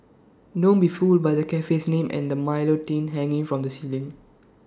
don't be fooled by the cafe's name and the milo tin hanging from the ceiling